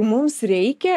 mums reikia